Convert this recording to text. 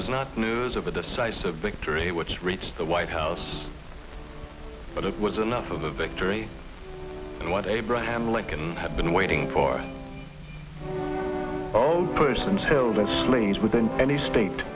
was not the news of a decisive victory which reached the white house but it was enough of a victory and what abraham lincoln had been waiting for all persons held as slaves within any